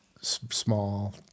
small